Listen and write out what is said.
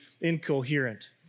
incoherent